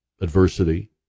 adversity